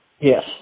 Yes